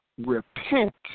Repent